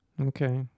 okay